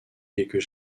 quelques